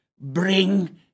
bring